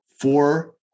four